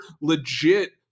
legit